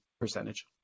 percentage